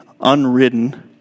unridden